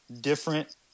different